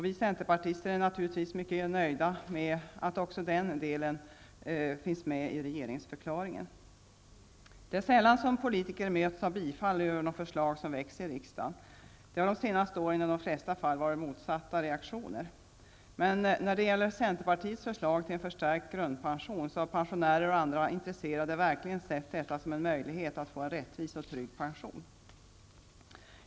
Vi centerpartister är naturligtvis mycket nöjda med att också den delen finns med i regeringsförklaringen. Det är sällan som politiker möts av bifall över de förslag som väcks i riksdagen. Det har under de senaste åren i de flesta fall varit motsatta reaktioner. Men när det gäller centerpartiets förslag till en förstärkt grundpension, har pensionärer och andra intresserade verkligen sett detta som en möjlighet att få rättvis och trygg pension.